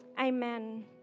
amen